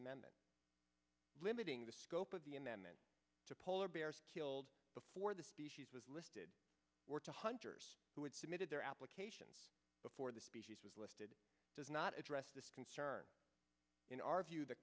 amendment limiting the scope of the amendment to polar bears killed before the species was listed were to hunters who had submitted their applications before the species was listed does not address this concern in our view the